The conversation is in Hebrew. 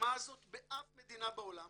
ברמה הזאת באף מדינה בעולם